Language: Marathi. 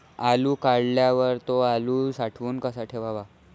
आलू काढल्यावर थो आलू साठवून कसा ठेवाव?